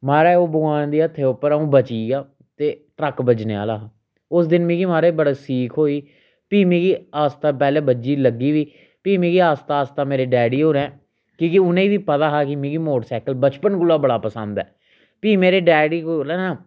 महाराज ओह भगवान दे हत्थें उप्पर आ'ऊं बची गेआ ते ट्रक बज्जने आह्ला हा उस दिन मिगी महाराज बड़ी सीख होई फ्ही मिगी आस्ता पैह्ले बज्जी बी लगी बी फ्ही मिगी आस्ता आस्ता मेरे डैडी होरें कि गी उनें ई बी पता हा कि मिगी मोटरसाइकल बचपन कोला बड़ा पसंद ऐ फ्ही मेरे डैडी कोला ना